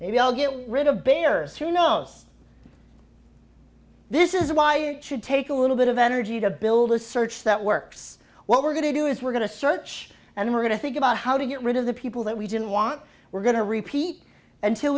maybe i'll get rid of bayer's who knows this is why it should take a little bit of energy to build a search that works what we're going to do is we're going to search and we're going to think about how to get rid of the people that we didn't want we're going to repeat until